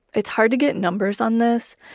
it's hard to get numbers on this,